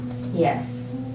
Yes